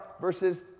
versus